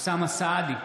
אוסאמה סעדי,